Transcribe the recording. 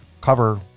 cover